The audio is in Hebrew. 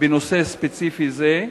בנושא ספציפי זה?